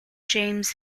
james